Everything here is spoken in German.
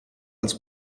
als